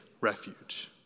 refuge